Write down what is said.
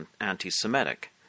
anti-Semitic